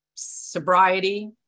Sobriety